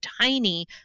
tiny